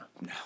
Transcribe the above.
No